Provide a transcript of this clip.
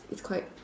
it's quite